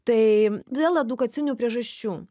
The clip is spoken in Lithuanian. tai dėl edukacinių priežasčių